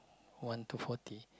one to forty